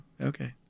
Okay